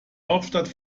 hauptstadt